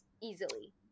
easily